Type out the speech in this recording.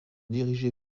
dirigés